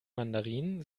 mandarin